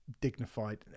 dignified